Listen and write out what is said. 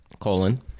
colon